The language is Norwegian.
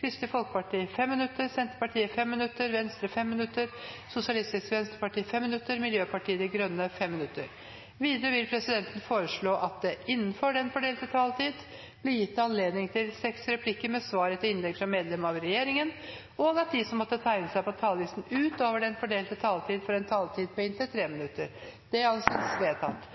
Kristelig Folkeparti 5 minutter, Senterpartiet 5 minutter, Venstre 5 minutter, Sosialistisk Venstreparti 5 minutter og Miljøpartiet De Grønne 5 minutter. Videre vil presidenten foreslå at det blir gitt anledning til replikkordskifte på inntil seks replikker med svar etter innlegg fra medlem av regjeringen innenfor den fordelte taletid, og at de som måtte tegne seg på talerlisten utover den fordelte taletid, får en taletid på inntil 3 minutter. – Det anses vedtatt.